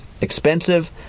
Expensive